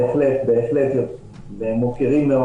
בהחלט מוקירים.